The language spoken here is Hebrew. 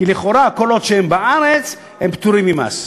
כי לכאורה כל עוד הם בארץ הם פטורים ממס.